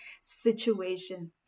situation